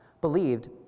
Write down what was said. believed